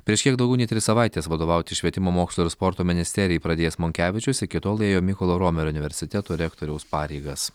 prieš kiek daugiau nei tris savaites vadovauti švietimo mokslo ir sporto ministerijai pradėjęs monkevičius iki tol ėjo mykolo romerio universiteto rektoriaus pareigas